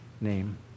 name